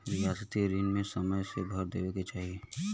रियायती रिन के समय से भर देवे के चाही